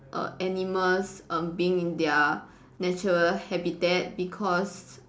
err animals um being in their natural habitat because